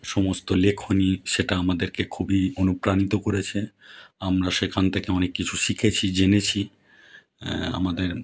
সমস্ত লেখনী সেটা আমাদেরকে খুবই অনুপ্রাণিত করেছে আমরা সেখান থেকে অনেক কিছু শিখেছি জেনেছি আমাদের